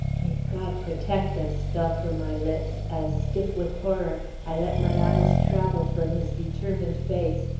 may god protect us! fell from my lips, as, stiff with horror, i let my eyes travel from his determined face,